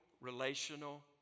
relational